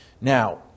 Now